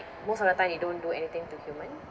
most of the time they don't do anything to human